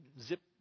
zip